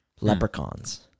leprechauns